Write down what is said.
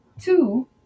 Two